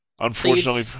Unfortunately